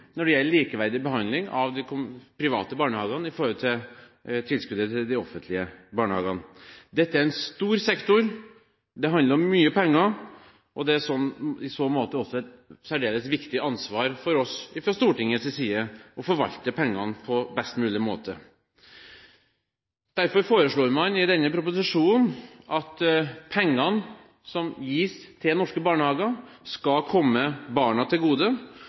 når det gjelder likeverdig behandling av de private barnehagene i forhold til tilskuddet til de offentlige barnehagene. Dette er en stor sektor, det handler om mye penger, og det er i så måte også et særdeles viktig ansvar for oss fra Stortingets side å forvalte pengene på best mulig måte. Derfor foreslår man i denne proposisjonen at pengene som gis til norske barnehager, skal komme barna til gode,